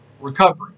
recovery